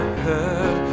head